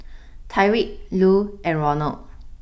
Tyriq Lu and Ronald